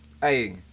Hey